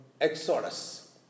Exodus